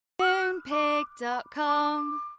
Moonpig.com